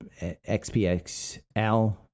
XPXL